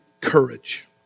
courage